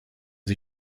sie